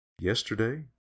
yesterday